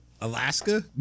Alaska